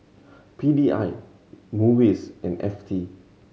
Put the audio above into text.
P D I MUIS and F T